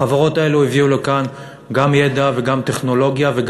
החברות האלה הביאו לכאן גם ידע, וגם טכנולוגיה,